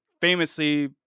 famously